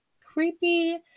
creepy